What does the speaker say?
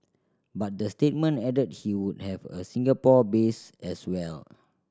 but the statement added he would have a Singapore base as well